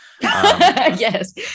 Yes